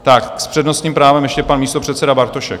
Tak s přednostním právem ještě pan místopředseda Bartošek.